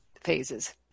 phases